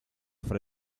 fra